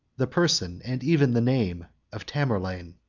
the person, and even the name, of tamerlane.